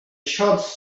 shots